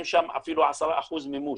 אין שם אפילו 10% מימוש.